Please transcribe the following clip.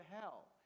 hell